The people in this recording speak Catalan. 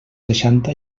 seixanta